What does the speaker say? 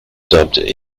dubbed